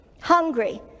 hungry